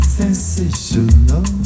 sensational